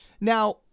Now